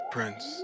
Prince